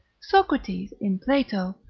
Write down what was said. socrates, in plato,